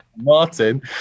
Martin